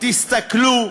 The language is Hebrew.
תסתכלו,